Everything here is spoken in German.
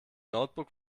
notebook